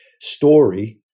story